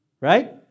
Right